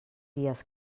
dies